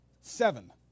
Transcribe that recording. seven